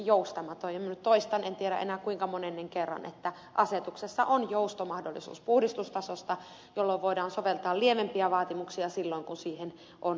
minä nyt toistan en tiedä enää kuinka monennen kerran että asetuksessa on joustomahdollisuus puhdistustasosta jolloin voidaan soveltaa lievempiä vaatimuksia silloin kun siihen on perusteet olemassa